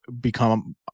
become